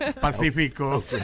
Pacifico